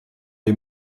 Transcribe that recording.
les